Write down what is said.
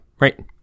Right